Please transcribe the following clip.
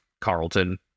Carlton